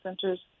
centers